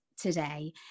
today